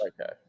Okay